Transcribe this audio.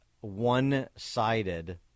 one-sided